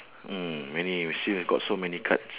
mm maybe we can see we got so many cards